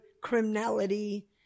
criminality